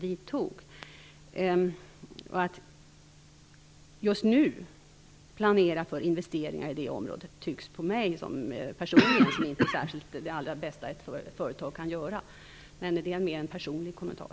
Att just nu planera investeringar i det området tycker jag personligen inte är det allra bästa ett företag kan göra. Men det är mer en personlig kommentar.